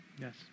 yes